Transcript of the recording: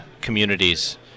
communities